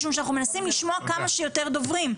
משום שאנחנו מנסים לשמוע כמה שיותר דוברים.